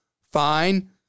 fine